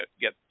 get